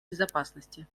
безопасности